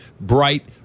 Bright